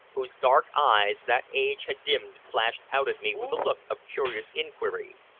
whose dark eyes that age had dimmed flashed out at me with a look of curious inquiry,